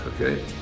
okay